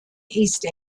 east